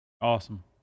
Awesome